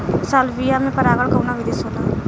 Salvia में परागण कउना विधि से होला?